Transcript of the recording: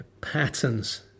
patterns